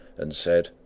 and said,